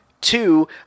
Two